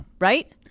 right